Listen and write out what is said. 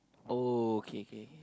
oh K K K